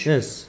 Yes